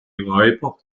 räuber